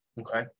Okay